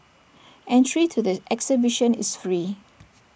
entry to the exhibition is free